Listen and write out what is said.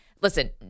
listen